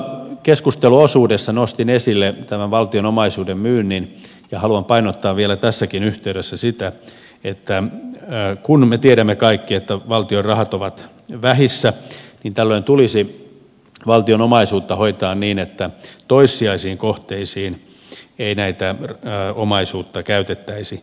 tuossa keskusteluosuudessa nostin esille tämän valtion omaisuuden myynnin ja haluan painottaa vielä tässäkin yh teydessä sitä että kun me tiedämme kaikki että valtion rahat ovat vähissä niin tällöin tulisi valtion omaisuutta hoitaa niin että toissijaisiin kohteisiin ei tätä omaisuutta käytettäisi